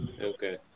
Okay